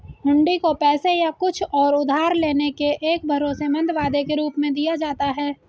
हुंडी को पैसे या कुछ और उधार लेने के एक भरोसेमंद वादे के रूप में दिया जाता है